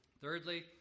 Thirdly